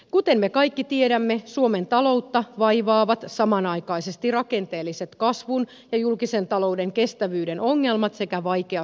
kuten me kaikki tiedämme suomen taloutta vaivaavat samanaikaisesti rakenteelliset kasvun ja julkisen talouden kestävyyden ongelmat sekä vaikea suhdannetilanne